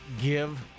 give